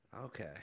Okay